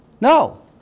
No